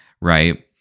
right